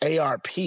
ARP